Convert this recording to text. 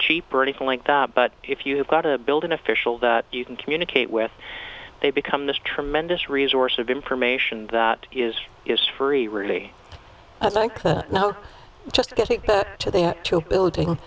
cheaper or anything like that but if you have got to build an official that you can communicate with they become this tremendous resource of information that is is free really i think now just getting to that to building